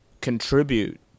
contribute